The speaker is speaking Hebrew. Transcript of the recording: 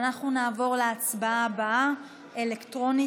אנחנו נעבור להצבעה הבאה, אלקטרונית.